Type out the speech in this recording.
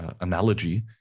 analogy